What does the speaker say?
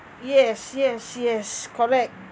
yes yes yes correct